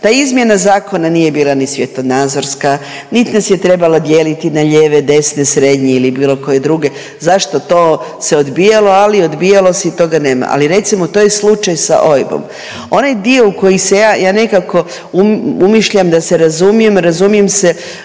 Ta izmjena zakona nije bila niti svjetonazorska, niti nas je trebala dijeliti na lijeve, desne, srednje ili bilo koje druge. Zašto to se odbijalo, ali odbijalo se i toga nema. Recimo to je slučaj sa OIB-om. Onaj dio u koji se ja, ja nekako umišljam da se razumijem, razumijem se